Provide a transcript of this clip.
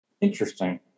Interesting